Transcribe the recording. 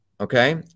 okay